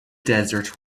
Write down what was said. desert